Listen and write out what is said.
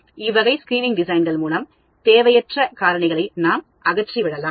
இவ்வகை ஸ்கிரீனிங் டிசைன்கள் மூலம் தேவையற்ற காரணிகளை நாம் அகற்றிவிடலாம்